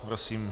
Prosím.